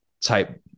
type